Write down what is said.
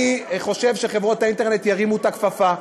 אני חושב שחברות האינטרנט ירימו את הכפפה,